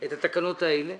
את התקנות האלה.